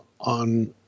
on